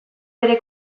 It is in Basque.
bere